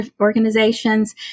organizations